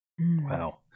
Wow